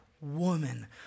woman